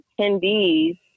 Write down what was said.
attendees